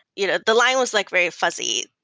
you know the line was like very fuzzy.